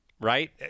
right